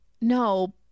No